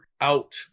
out